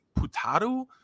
Putaru